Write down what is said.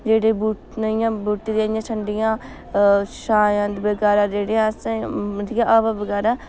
जेह्ड़े बूह्टें इ'यां बूह्टें दी इयां ठंडियां छां बगैरा जेह्ड़े असें इ'यां हवा बगैरा